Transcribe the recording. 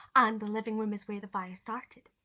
um the living room is where the fire started.